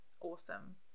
awesome